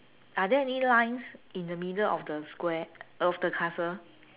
are there any lines in the middle of the square of the castle